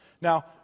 Now